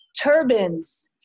turbans